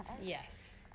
yes